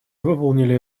выполнили